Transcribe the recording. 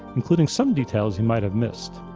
including some details you might have missed.